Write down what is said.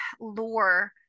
lore